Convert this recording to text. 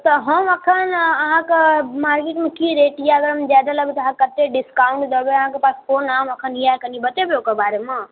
तऽ हम एखन अहाँके मार्केटमे की रेट अइ ज्यादा लेबै तऽ कतेक डिस्काउन्ट देबै अहाँके पास कोन आम एखन अइ कनी बतेबै ओकर बारेमे